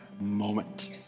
moment